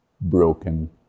broken